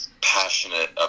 passionate